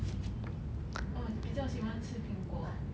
orh 比较喜欢吃苹果